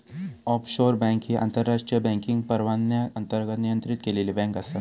offshore bank ही आंतरराष्ट्रीय banking परवान्याअंतर्गत नियंत्रित केलेली बँक आसा